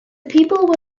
people